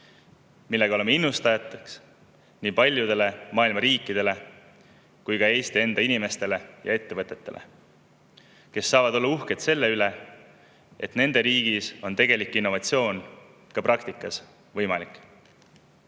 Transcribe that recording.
millega innustame nii paljusid maailma riike kui ka Eesti enda inimesi ja ettevõtteid, kes saavad olla uhked selle üle, et nende riigis on tegelik innovatsioon ka praktikas võimalik.